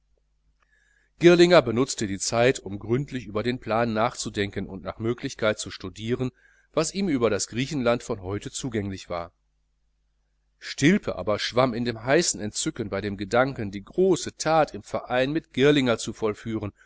girlinger benutzte die zeit um gründlich über den plan nachzudenken und nach möglichkeit zu studieren was ihm über das griechenland von heute zugänglich war stilpe aber schwamm in einem heißen entzücken bei dem gedanken die große that im verein mit girlinger zu vollführen